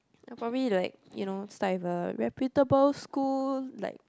probably like you know start with a reputable school like